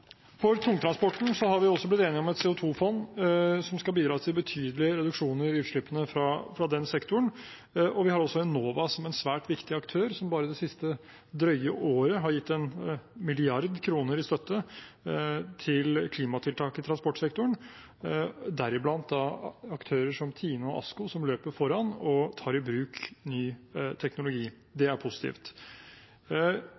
For tungtransporten har vi også blitt enige om et CO 2 -fond som skal bidra til betydelige reduksjoner i utslippene fra den sektoren, og vi har også Enova som en svært viktig aktør, som bare det siste drøye året har gitt 1 mrd. kr i støtte til klimatiltak i transportsektoren, deriblant aktører som Tine og ASKO, som løper foran og tar i bruk ny teknologi. Det